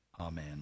Amen